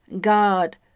God